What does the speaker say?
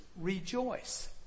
rejoice